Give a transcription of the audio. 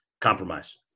compromise